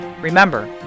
Remember